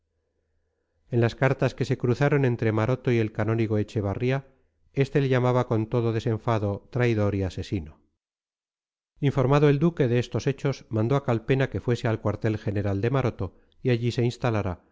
en las cartas que se cruzaron entre maroto y el canónigo echevarría este le llamaba con todo desenfado traidor y asesino informado el duque de estos hechos mandó a calpena que fuese al cuartel general de maroto y allí se instalara